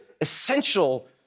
essential